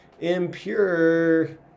impure